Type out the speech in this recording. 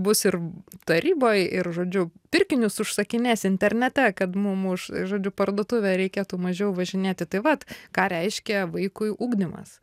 bus ir taryboj ir žodžiu pirkinius užsakinės internete kad mum už žodžiu parduotuvę reikėtų mažiau važinėti tai vat ką reiškia vaikui ugdymas